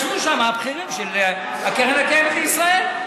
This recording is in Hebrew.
ישבו שם הבכירים של הקרן הקיימת ישראל.